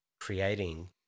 creating